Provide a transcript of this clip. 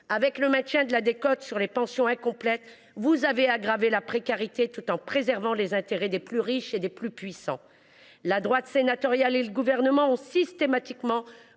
En maintenant la décote sur les pensions incomplètes, vous avez aggravé la précarité tout en préservant les intérêts des plus riches et des puissants. La droite sénatoriale et le Gouvernement ont systématiquement